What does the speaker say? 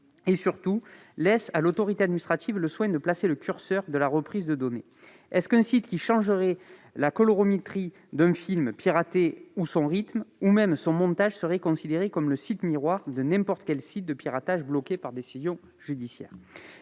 et, surtout, laisse à l'autorité administrative le soin de placer le curseur. Est-ce qu'un site qui changerait la colorimétrie d'un film piraté, son rythme ou son montage serait considéré comme le site miroir de n'importe quel site de piratage bloqué par décision judiciaire ?